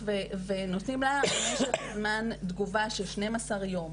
ונותנים לה משך זמן לתגובה של 12 יום.